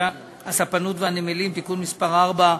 הספנות והנמלים (תיקון מס' 4),